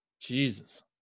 Jesus